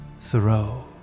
Thoreau